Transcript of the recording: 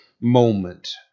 moment